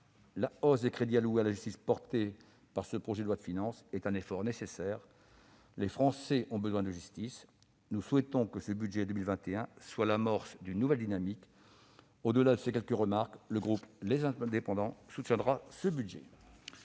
La hausse des crédits alloués à la justice, portée par ce projet de loi de finances, est un effort nécessaire. Les Français ont besoin de justice. Nous souhaitons que le budget pour 2021 soit l'amorce d'une nouvelle dynamique. Au-delà de ces quelques remarques, le groupe Les Indépendants soutiendra le vote